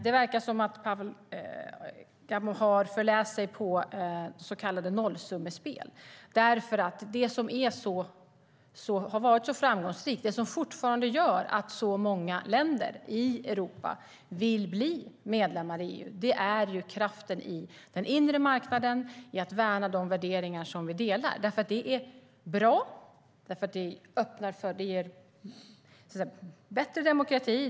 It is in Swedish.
Det verkar som om Pavel Gamov har förläst sig på så kallade nollsummespel. Det som har varit så framgångsrikt och som fortfarande gör att många länder i Europa vill bli medlemmar i EU är kraften i den inre marknaden i att värna de värderingar som vi delar. Det är bra. Det öppnar för bättre demokrati.